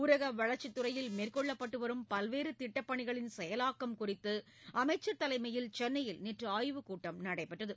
ஊரக வளர்ச்சித்துறையில் மேற்கொள்ளப்பட்டுவரும் பல்வேறு திட்டப்பணிகளின் செயலாக்கம் குறித்து அமைச்சர் தலைமையில் சென்னையில் நேறறு ஆய்வுக் கூட்டம் நடைபெற்றது